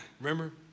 remember